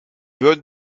würden